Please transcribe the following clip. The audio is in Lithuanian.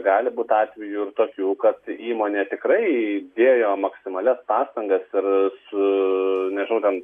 gali būti atvejų ir tokių kad įmonė tikrai dėjo maksimalias pastangas ir su nežinau ten